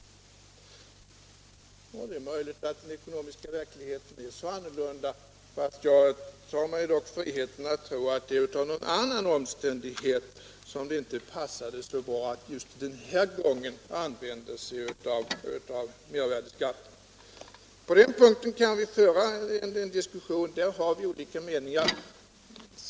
Det är möjligt att den ekonomiska verkligheten är annorlunda, men jag tar mig friheten att tro att det är av någon annan orsak som det inte passade så bra att just den här gången använda sig av mervärdeskatten. Alltså, i denna fråga kan vi föra en diskussion, där har vi olika meningar.